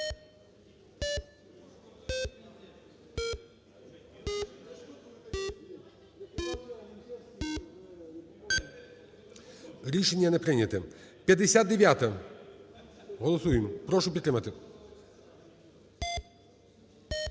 Рішення не прийнято. 59-а. Голосуємо. Прошу підтримати.